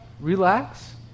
relax